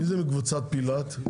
מי זה מקבוצת פילת?